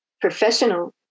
professional